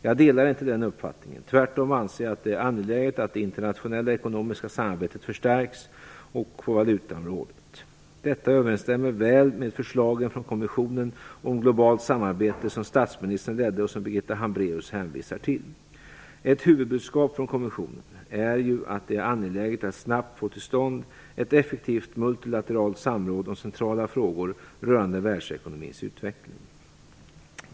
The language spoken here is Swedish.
Jag delar inte den uppfattningen. Tvärtom anser jag att det är angeläget att det internationella ekonomiska samarbetet förstärks, också på valutaområdet. Detta överensstämmer väl med förslagen från kommissionen om globalt samarbete som statsministern ledde och som Birgitta Hambraeus hänvisar till. Ett huvudbudskap från kommissionen är ju att det är angeläget att snabbt få till stånd ett effektivt multilateralt samråd om centrala frågor rörande världsekonomins utveckling.